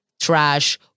trash